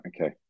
okay